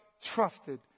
trusted